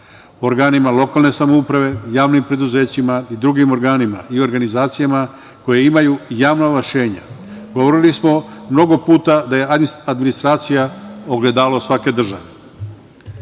organima lokalne samouprave, javnim preduzećima i drugim organima i organizacijama koje imaju javna ovlašćenja. Govorili smo mnogo puta da je administracija ogledalo svake